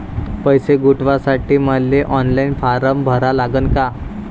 पैसे गुंतवासाठी मले ऑनलाईन फारम भरा लागन का?